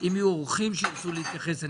אם יהיו אורחים שירצו להתייחס,